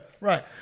right